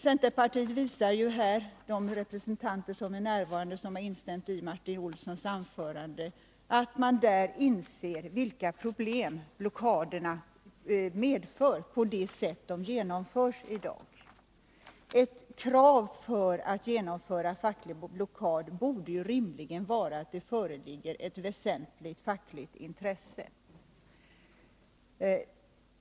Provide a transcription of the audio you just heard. De närvarande representanterna för centerpartiet som instämt i Martin Olssons anförande visar juattdeinser vilka problem blockaderna leder till, som de i dag genomförs. Ett krav för genomförande av facklig blockad borde rimligen vara att det föreligger ett väsentligt fackligt intresse.